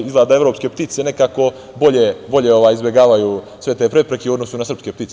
Izgleda da evropske ptice nekako bolje izbegavaju sve te prepreke, u odnosu na srpske ptice.